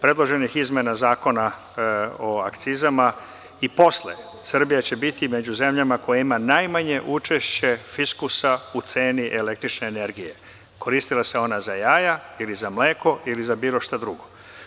Pre predloženih izmena Zakona o akcizama i posle, Srbija će biti među zemljama koja ima najmanje učešće fiskusa u ceni električne energije, koristila se ona za jaja ili za mleko ili za bilo šta drugo.